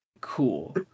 Cool